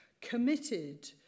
committed